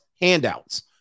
handouts